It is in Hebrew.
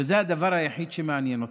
וזה הדבר היחיד שמעניין אותם.